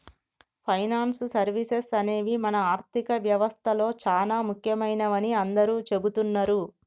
finance services అనేవి మన ఆర్థిక వ్యవస్తలో చానా ముఖ్యమైనవని అందరూ చెబుతున్నరు